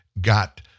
got